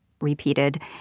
repeated